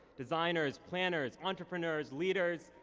designers, planners, entrepreneurs, leaders,